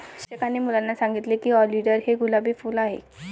शिक्षकांनी मुलांना सांगितले की ऑलिंडर हे गुलाबी फूल आहे